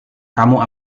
kamu